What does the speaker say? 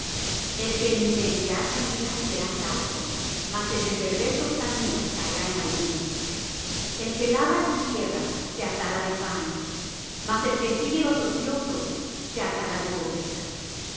el que en integridad camina será salvo mas el de perversos caminos caerá en alguno el que labra su tierra se hartará de pan mas el que sigue los ociosos se hartará de pobreza